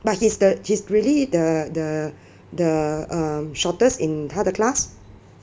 but he's the he's really the the the um shortest in 他的 class